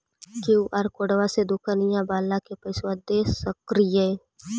QR कोडबा से दुकनिया बाला के पैसा दे सक्रिय?